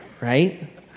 right